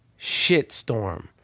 shitstorm